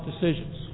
decisions